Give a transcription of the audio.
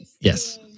Yes